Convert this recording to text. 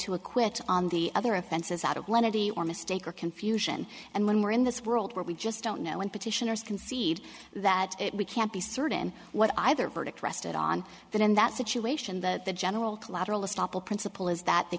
acquit on the other offenses out of lenity or mistake or confusion and when we're in this world where we just don't know when petitioners concede that we can't be certain what either verdict rested on that in that situation that the general collateral estoppel principle is that they